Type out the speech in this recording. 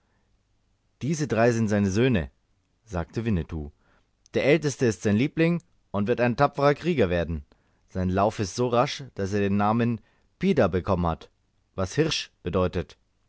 diese drei sind seine söhne sagte winnetou der älteste ist sein liebling und wird ein tapferer krieger werden sein lauf ist so rasch daß er den namen pida bekommen hat was hirsch bedeutet